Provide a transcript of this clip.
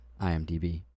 IMDb